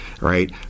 right